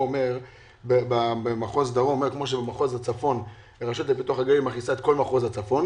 שכמו שבמחוז הצפון רשות הפיתוח הגליל מכניסה את כל מחוז הצפון